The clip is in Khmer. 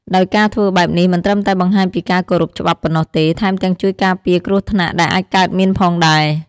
ដោយការធ្វើបែបនេះមិនត្រឹមតែបង្ហាញពីការគោរពច្បាប់ប៉ុណ្ណោះទេ ថែមទាំងជួយការពារគ្រោះថ្នាក់ដែលអាចកើតមានផងដែរ។